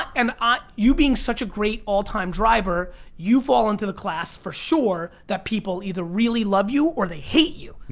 and ah you being such a great all time driver you fall into the class for sure that people either really love you, or they hate you.